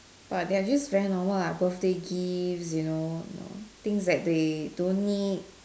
but there are just very normal lah birthday gifts you know know things that they don't need